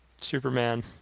Superman